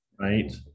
right